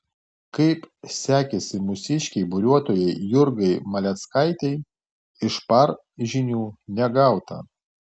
kaip sekėsi mūsiškei buriuotojai jurgai maleckaitei iš par žinių negauta